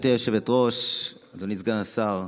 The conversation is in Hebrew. גברתי היושבת-ראש, אדוני סגן השר,